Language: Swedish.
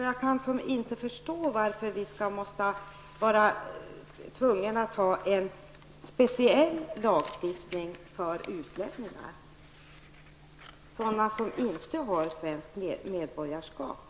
Jag kan därför inte förstå varför vi skulle behöva ha en speciell lagstiftning för personer som inte har svenskt medborgarskap.